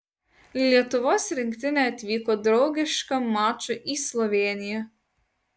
lietuvos rinktinė atvyko draugiškam mačui į slovėniją